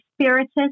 spiritist